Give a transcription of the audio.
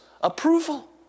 approval